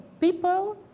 people